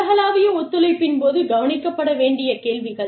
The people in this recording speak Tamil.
உலகளாவிய ஒத்துழைப்பின் போது கவனிக்கப்பட வேண்டிய கேள்விகள்